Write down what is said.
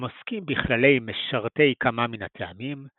הם עוסקים בכללי משרתי כמה מן הטעמים,